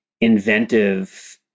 inventive